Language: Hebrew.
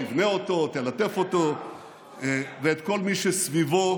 תבנה אותו ותלטף אותו ואת כל מי שסביבו,